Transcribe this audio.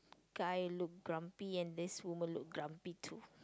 guy look grumpy and this woman look grumpy too